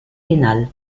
pénal